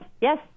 yes